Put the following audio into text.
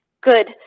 Good